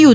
you